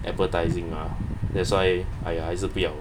appetising uh that's why !aiya! 还是不要